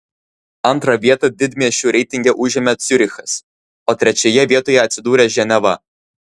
antrą vietą didmiesčių reitinge užėmė ciurichas o trečioje vietoje atsidūrė ženeva